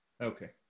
Okay